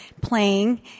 playing